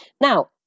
Now